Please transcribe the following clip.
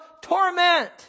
torment